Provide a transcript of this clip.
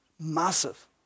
Massive